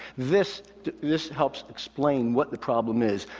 this this helps explain what the problem is.